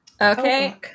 Okay